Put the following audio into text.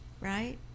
right